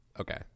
Okay